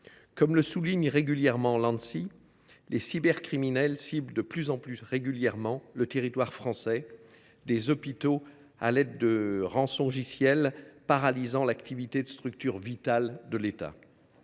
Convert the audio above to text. Comme le souligne régulièrement l’Anssi, les cybercriminels ciblent de plus en plus régulièrement, sur le territoire français, des hôpitaux à l’aide de rançongiciels, paralysant ainsi l’activité de structures vitales de l’État.